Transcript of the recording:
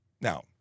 Now